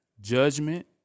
Judgment